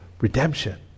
redemption